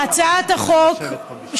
הצעת החוק,